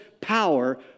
power